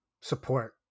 support